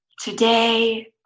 Today